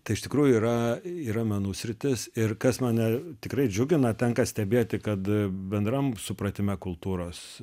tai iš tikrųjų yra yra menų sritis ir kas mane tikrai džiugina tenka stebėti kad bendram supratime kultūros